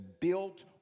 built